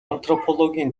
антропологийн